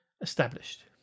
Established